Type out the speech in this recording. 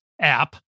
app